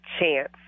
chance